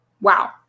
Wow